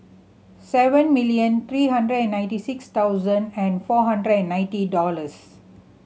seven million three hundred and ninety six thousand and four hundred and ninety dollars